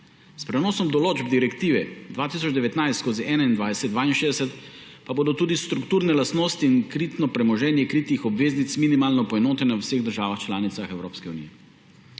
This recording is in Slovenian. S prenosom določb Direktive 2019/2162 pa bodo tudi strukturne lastnosti in kritno premoženje kritih obveznic minimalno poenotene v vseh državah članicah Evropske unije.